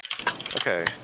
Okay